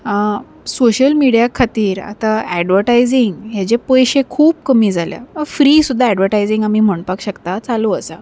social media खातीर आतां advertising हेजे पयशे खूब कमी जाल्या फ्री सुद्दां एडवटायजींग आमी म्हणपाक शकता चालू आसा